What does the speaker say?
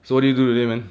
so what do you do today man